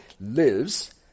lives